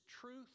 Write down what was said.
truth